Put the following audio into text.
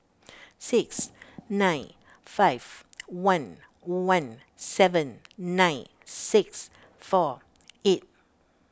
six nine five one one seven nine six four eight